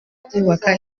kubaka